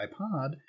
iPod